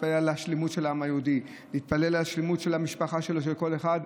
להתפלל על השלמות של העם היהודי להתפלל על השלמות של המשפחה של כל אחד,